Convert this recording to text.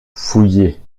fouiller